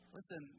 Listen